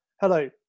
Hello